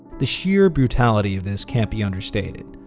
the sheer brutality of this can't be understated,